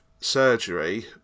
surgery